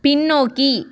பின்னோக்கி